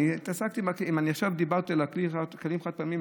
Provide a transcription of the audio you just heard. אם אני עכשיו דיברתי על הכליים החד-פעמיים,